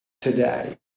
today